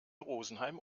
rosenheim